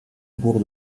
bourg